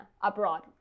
abroad